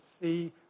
see